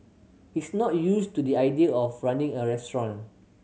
he's not used to the idea of running a restaurant